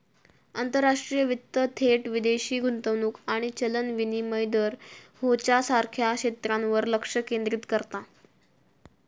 आंतरराष्ट्रीय वित्त थेट विदेशी गुंतवणूक आणि चलन विनिमय दर ह्येच्यासारख्या क्षेत्रांवर लक्ष केंद्रित करता